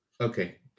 Okay